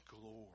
glory